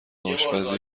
آشپزی